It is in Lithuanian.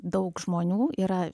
daug žmonių yra